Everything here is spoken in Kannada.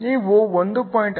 ನೀವು 1